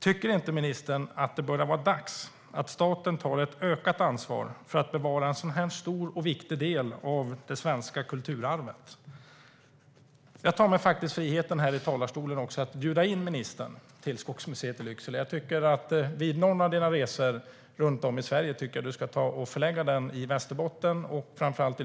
Tycker inte ministern att det börjar bli dags för staten att ta ett ökat ansvar för att bevara en sådan stor och viktig del av det svenska kulturarvet? Jag tar mig friheten att från talarstolen bjuda in ministern till Skogsmuseet i Lycksele. Jag tycker att hon vid någon av sina resor runt om i Sverige ska göra ett besök i Västerbotten och då framför allt